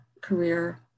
career